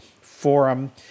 Forum